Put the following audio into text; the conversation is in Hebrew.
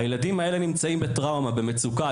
הילדים האלה נמצאים בטראומה, במצוקה.